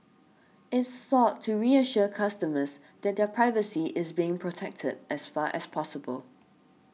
it sought to reassure customers that their privacy is being protected as far as possible